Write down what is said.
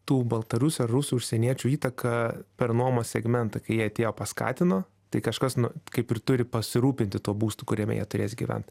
tų baltarusių ar rusų užsieniečių įtaka per nuomos segmentą kai jie atėjo paskatino tai kažkas nu kaip ir turi pasirūpinti tuo būstu kuriame jie turės gyvent